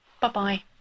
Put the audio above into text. Bye-bye